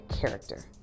character